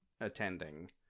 attending